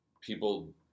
people